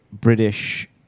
british